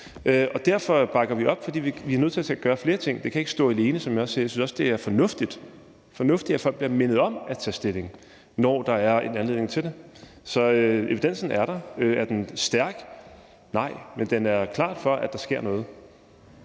og derfor bakker vi op. Vi er nødt til at gøre flere ting. Det kan ikke stå alene, som jeg også siger. Jeg synes også, det er fornuftigt, at folk bliver mindet om at tage stilling, når der er en anledning til det. Så evidensen er der. Er den stærk? Nej, men den er klart for, at der sker noget.